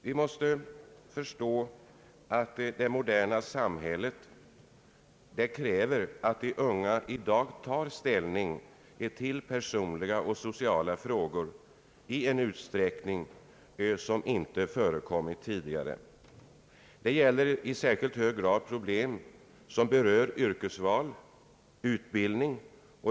Vi måste förstå att det moderna samhället kräver att de unga i dag tar ställning till personliga och sociala frågor i en utsträckning som inte förekommit tidigare. Det gäller i särskilt hög grad problem som berör yrkesval och utbildning.